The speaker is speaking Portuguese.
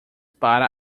para